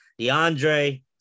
DeAndre